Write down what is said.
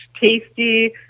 tasty